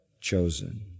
chosen